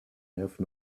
have